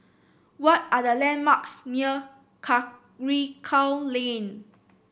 what are the landmarks near Karikal Lane